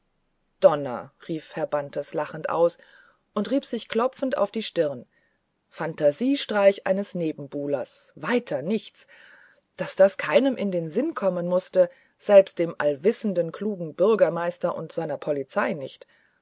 donner rief herr bantes lachend aus und rieb sich und klopfte sich die stirn phantasiestreich eines nebenbuhlers weiter nichts daß das keinem in sinn kommen mußte selbst dem allwissenden klugen bürgermeister und seiner polizei nicht